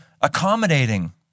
accommodating